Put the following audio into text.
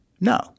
No